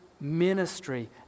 ministry